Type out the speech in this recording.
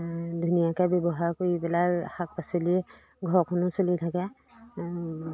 ধুনীয়াকৈ ব্যৱহাৰ কৰি পেলাই শাক পাচলিয়ে ঘৰখনো চলি থাকে